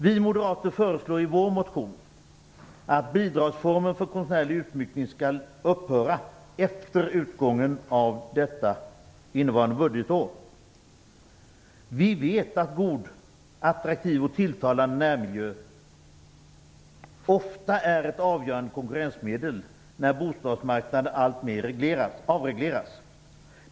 Vi moderater föreslår i vår motion att bidragsformen för konstnärlig utsmyckning skall upphöra efter utgången av innevarande budgetår. Vi vet att en god, attraktiv och tilltalande närmiljö ofta är ett avgörande konkurrensmedel när bostadsmarknaden alltmer avregleras.